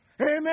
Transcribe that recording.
Amen